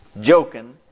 joking